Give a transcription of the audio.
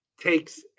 takes